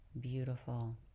beautiful